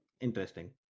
Interesting